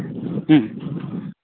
ᱦᱮᱸ